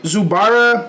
Zubara